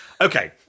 Okay